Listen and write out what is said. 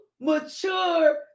mature